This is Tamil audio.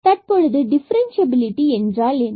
தற்பொழுது டிஃபரன்சியபிலிடி என்றால் என்ன